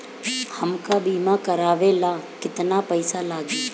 हमका बीमा करावे ला केतना पईसा लागी?